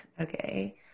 Okay